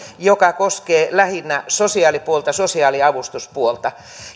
joka koskee lähinnä sosiaali ja avustuspuolta